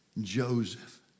joseph